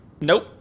Nope